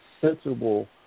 sensible –